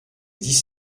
dix